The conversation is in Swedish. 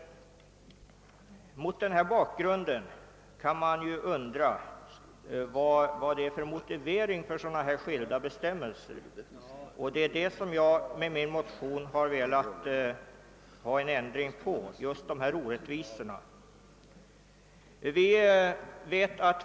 Mot denna bakgrund kan man undra vilka motiveringarna är för de skilda bestämmelserna. Med min motion har jag åsyftat att få till stånd en ändring beträffande just de här orättvisorna.